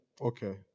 Okay